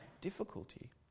difficulty